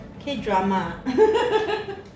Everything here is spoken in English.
K-drama